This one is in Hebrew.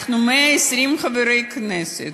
אנחנו 120 חברי כנסת,